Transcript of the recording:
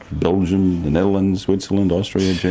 belgian, the netherlands, switzerland, austria.